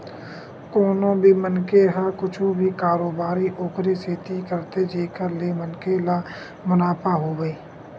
कोनो भी मनखे ह कुछु भी कारोबारी ओखरे सेती करथे जेखर ले मनखे ल मुनाफा होवय